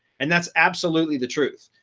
and that's absolutely the truth.